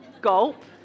Gulp